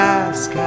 ask